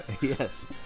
Yes